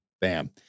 Bam